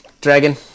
dragon